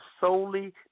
solely